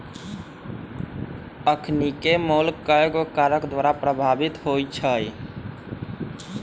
अखनिके मोल कयगो कारक द्वारा प्रभावित होइ छइ